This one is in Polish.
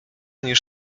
niż